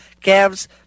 calves